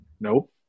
Nope